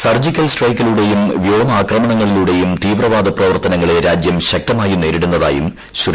surgical സ്ട്രൈക്കിലൂടെയും വ്യോമുദ്ര്യമ്ണങ്ങളിലൂടെയും തീവ്രവാദ പ്രവർത്തനങ്ങളെ രാജ്യം ശൃക്തമായി നേരിടുന്നതായും ശ്രീ